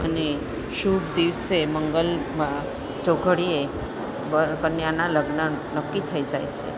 અને શુભ દિવસે મંગલમાં ચોઘડીએ વર કન્યાના લગ્ન નક્કી થઈ જાય છે